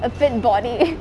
a fit body